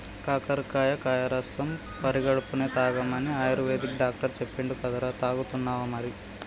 కాకరకాయ కాయ రసం పడిగడుపున్నె తాగమని ఆయుర్వేదిక్ డాక్టర్ చెప్పిండు కదరా, తాగుతున్నావా మరి